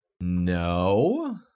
No